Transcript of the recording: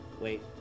Wait